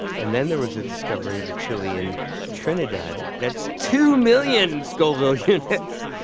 and then there was a discovery of a chile in trinidad that's two million scoville units.